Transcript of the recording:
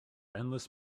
endless